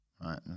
Right